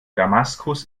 damaskus